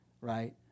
right